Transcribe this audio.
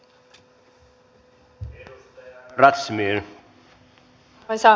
arvoisa puhemies